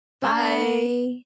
Bye